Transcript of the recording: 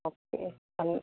okay અન